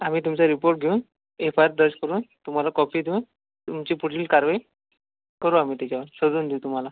आम्ही तुमचे रिपोर्ट घेऊन एफ आय आर दर्ज करून तुम्हाला कॉपी देऊन तुमची पुढील कारवाई करू आम्ही त्याच्यावर शोधून देऊ तुम्हाला